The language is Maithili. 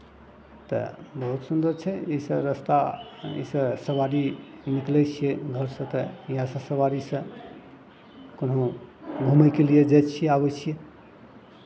तऽ बहुत सुन्दर छै इसभ रस्ता इसभ सवारी निकलै छियै घरसँ तऽ इएहसभ सवारीसँ कहूँ घूमयके लिए जाइ छियै आबै छियै